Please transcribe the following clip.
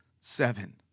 seven